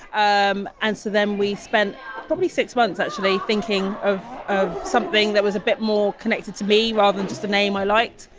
um and so then we spent probably six months actually thinking of of something that was a bit more connected to me, rather than just a name i liked.